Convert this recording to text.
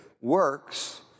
works